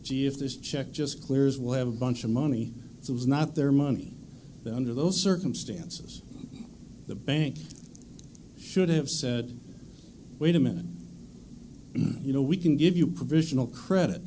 gee if there's check just clears will have a bunch of money it was not their money under those circumstances the bank should have said wait a minute you know we can give you provisional credit